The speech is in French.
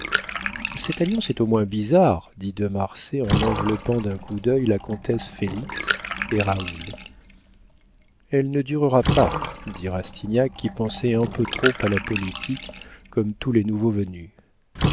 cette alliance est au moins bizarre dit de marsay en enveloppant d'un coup d'œil la comtesse félix et raoul elle ne durera pas dit rastignac qui pensait un peu trop à la politique comme tous les nouveaux venus